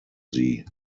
sie